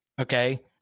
Okay